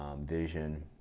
vision